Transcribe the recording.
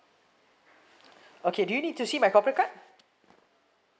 okay do you need to see my corporate card